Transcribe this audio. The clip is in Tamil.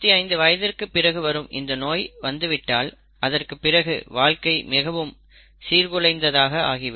45 வயதிற்கு பிறகு வரும் இந்த நோய் வந்துவிட்டால் அதற்கு பிறகு வாழ்க்கை மிகவும் சீர்குலைந்ததாக ஆகிவிடும்